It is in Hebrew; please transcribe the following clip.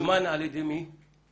על ידי מי הוא הוזמן?